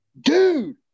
dude